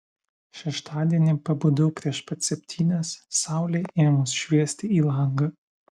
šeštadienį pabudau prieš pat septynias saulei ėmus šviesti į langą